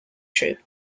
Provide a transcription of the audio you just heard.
true